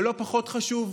ולא פחות חשוב,